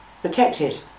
protected